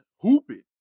hooping